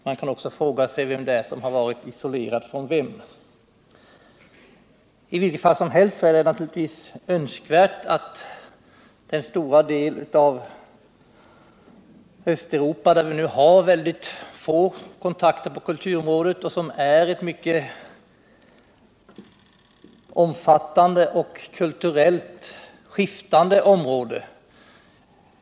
Man kan också fråga sig vem det är som har varit isolerad från vem. I vilket fall som helst har vi mycket få kontakter på kulturområdet i denna stora del av Östeuropa, detta mycket omfattande och kulturellt skiftande område.